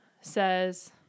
says